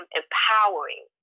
empowering